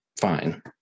Fine